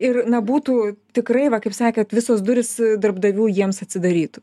ir na būtų tikrai va kaip sakėt visos durys darbdavių jiems atsidarytų